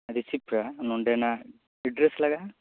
receive ᱠᱟᱜᱼᱟ ᱱᱚᱰᱮᱱᱟᱜ address ᱞᱟᱜᱟᱜᱼᱟ